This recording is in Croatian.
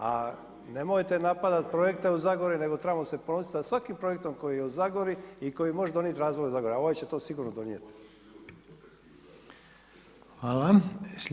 A nemojte napadati projekte u Zagori nego trebamo se ponositi sa svaki projektom koji je u Zagori i koji može donijeti razvoju Zagore a ovaj će to sigurno donijeti.